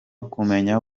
kumenya